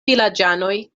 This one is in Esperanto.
vilaĝanoj